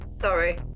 sorry